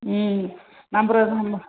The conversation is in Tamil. ம் நம்பறதும் நம்